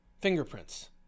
fingerprints